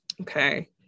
Okay